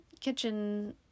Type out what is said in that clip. kitchen